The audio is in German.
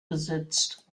besitzt